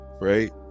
right